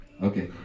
Okay